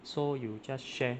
so you just share